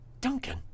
Duncan